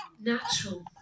natural